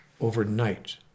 overnight